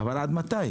אבל עד מתי?